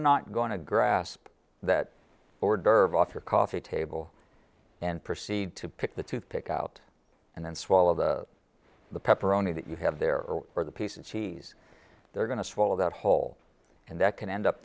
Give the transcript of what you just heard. not going to grasp that hors d'oeuvre off your coffee table and proceed to pick the toothpick out and then swallow the the pepperoni that you have there or the piece of cheese they're going to swallow that whole and that can end up